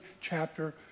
chapter